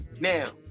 Now